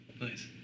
Nice